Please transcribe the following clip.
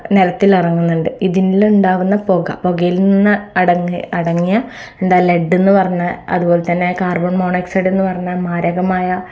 നിരത്തിൽ ഇറങ്ങുന്നുണ്ട് ഇതിൽ നിന്നുണ്ടാകുന്ന പുക പുകയിൽ നിന്ന് അട അടങ്ങിയ എന്താ ലെഡ് എന്നു പറഞ്ഞ അതുപോലെ തന്നെ കാർബൺ മോണോക്സൈഡ്ഡെന്നു പറഞ്ഞ മാരകമായ